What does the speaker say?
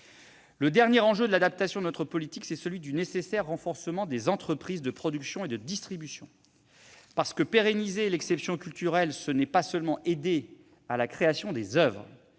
Le dernier enjeu de l'adaptation de notre politique est le nécessaire renforcement des entreprises de production et de distribution, parce que pérenniser l'exception culturelle, ce n'est pas seulement aider à la création des oeuvres.